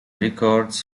records